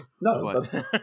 No